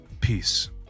Peace